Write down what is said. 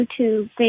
YouTube